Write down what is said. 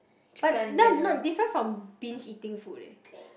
but no not different from binge eating food eh